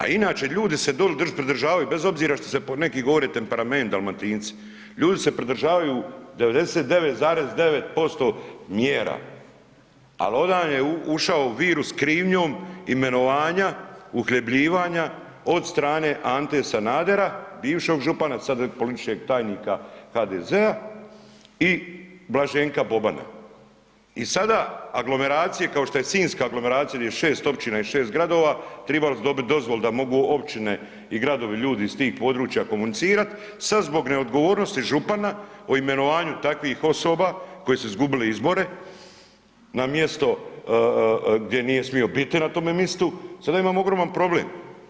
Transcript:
A inače ljudi se doli pridržavaju bez obzira što neki govore temperament, Dalmatinci, ljudi se pridržavaju 99,9% mjera, al onda je ušao virus krivnjom imenovanja, uhljebljivana od strane Ante Sanadera bivšeg župana sad …/nerazumljivo/… tajnika HDZ-a i Blaženka Bobana i sada aglomeracije kao što je sinjska aglomeracija gdje je 6 općina i 6 gradova tribali bi dobiti dozvolu da mogu općine i gradovi, ljudi iz tih područja komunicirati, sad zbog neodgovornosti župana o imenovanju takvih osoba koji su izgubili izbore, na mjesto gdje nije smio biti na tome mistu, sada imamo ogroman problem.